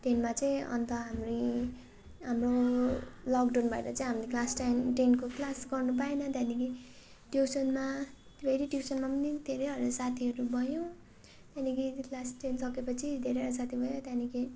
टेनमा चाहिँ अन्त हाम्रै हाम्रो लकडाउन भएर चाहिँ हामीले क्लास टेन टेनको क्लास गर्नु पाएन त्यहाँदेखि ट्युसनमा फेरि ट्युसनमा पनि धेरैवटा साथीहरू भयो त्यहाँदेखि क्लास टेन सकेपछि धेरैवटा साथी भयो त्यहाँदेखि